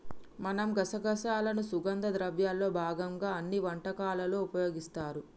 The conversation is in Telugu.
మనం గసగసాలను సుగంధ ద్రవ్యాల్లో భాగంగా అన్ని వంటకాలలో ఉపయోగిస్తారు